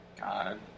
God